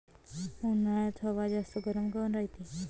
उन्हाळ्यात हवा जास्त गरम काऊन रायते?